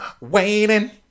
waiting